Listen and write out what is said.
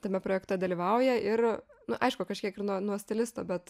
tame projekte dalyvauja ir nu aišku kažkiek ir nuo nuo stilisto bet